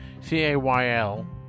C-A-Y-L